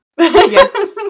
yes